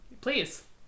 Please